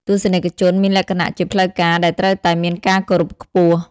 ទស្សនិកជនមានលក្ខណៈជាផ្លូវការដែលត្រូវតែមានការគោរពខ្ពស់។